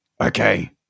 okay